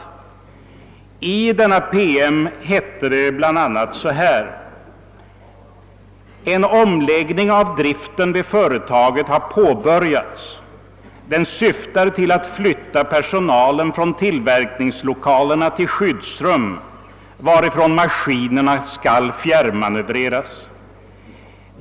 I denna PM heter det bl.a.: »En omläggning av driften vid företaget har påbörjats. Den syftar till att flytta personalen från tillverkningslokalerna till skyddsrum, varifrån maskinerna skall fjärrmanövreras.